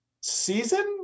season